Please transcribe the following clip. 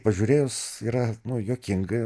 pažiūrėjus yra nuo juokingai